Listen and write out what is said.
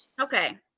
okay